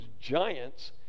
giants